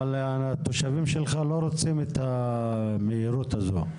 אבל התושבים שלך לא רוצים את המהירות הזו.